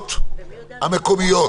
הרשויות המקומיות